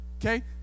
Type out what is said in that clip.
okay